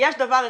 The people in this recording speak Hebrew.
שיש דבר אחד,